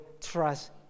trust